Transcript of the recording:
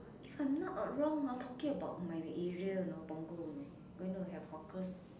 if I'm not uh wrong ah talking about my area you know Punggol you know going to have hawkers